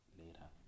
later